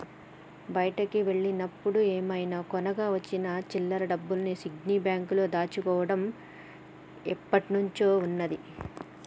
బయటికి వెళ్ళినప్పుడు ఏమైనా కొనగా వచ్చిన చిల్లర డబ్బుల్ని పిగ్గీ బ్యాంకులో దాచుకోడం ఎప్పట్నుంచో ఉన్నాది